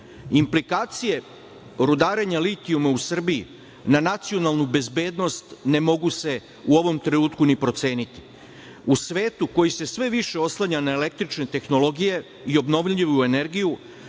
Implikacije rudarenja litijuma u Srbiji na nacionalnu bezbednost ne mogu se u ovom trenutku ni proceniti.U svetu koji se sve više oslanja na električne tehnologije i obnovljivu energiju